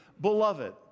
Beloved